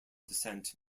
dissent